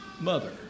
mother